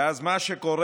ואז מה שקורה,